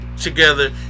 together